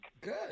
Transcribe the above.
good